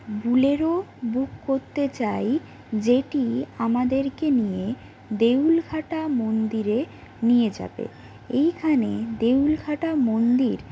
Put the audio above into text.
Bolero book করতে চাই যেটি আমাদের কে নিয়ে দেউলঘাটা মন্দিরে নিয়ে যাবে এইখানে দেউলঘাটা মন্দির